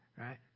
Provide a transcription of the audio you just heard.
right